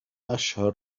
أشهر